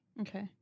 Okay